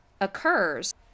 occurs